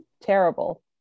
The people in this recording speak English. terrible